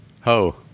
ho